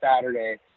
Saturday